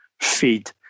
feed